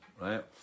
right